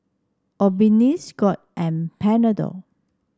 Obimin Scott and Panadol